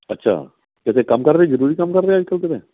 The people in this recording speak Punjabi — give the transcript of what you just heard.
ਅੱਛਾ ਕਿਤੇ ਕੰਮ ਕਰ ਰਹੇ ਜਰੂਰੀ ਕੰਮ ਕਰ ਰਹੇ ਅੱਜ ਕੱਲ੍ਹ ਕਿਤੇ